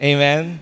Amen